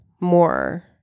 more